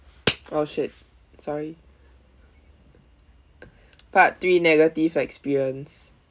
oh !shit! sorry part three negative experience